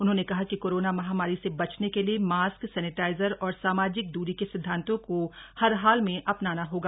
उन्होंने कहा कि कोरोना महामारी से बचने के लिए मास्क सैनेटाइजर और सामाजिक द्री के सिदधांतों को हर हाल में अपनाना होगा